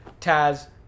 Taz